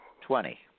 twenty